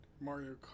Mario